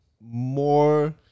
more